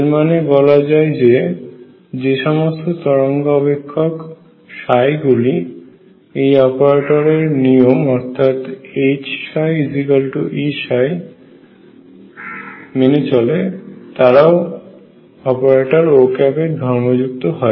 এর মানে বলা যায় যে যে সমস্ত তরঙ্গ অপেক্ষক গুলি এই অপারেটর এর নিয়ম অর্থাৎ HψEψ তারাও অপারেটার Ô এর ধর্ম যুক্ত হয়